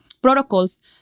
protocols